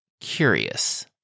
curious